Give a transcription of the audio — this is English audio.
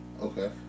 Okay